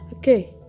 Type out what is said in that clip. Okay